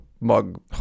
mug